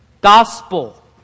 Gospel